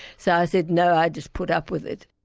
so i said no, i'd just put up with it.